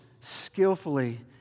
skillfully